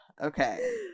okay